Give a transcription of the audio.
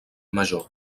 major